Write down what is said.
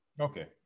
Okay